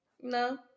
No